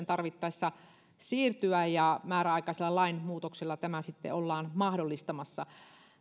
tarvittaessa siirtyä etäopetukseen ja määräaikaisella lainmuutoksella tämä sitten ollaan mahdollistamassa